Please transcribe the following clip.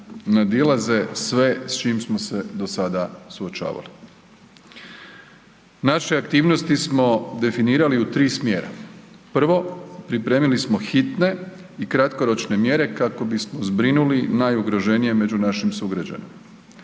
nadilaze sve s čim smo se do sada suočavali. Naše aktivnosti smo definirali u 3 smjera. Prvo, pripremili smo hitne i kratkoročne mjere kako bismo zbrinuli najugroženije među našim sugrađanima.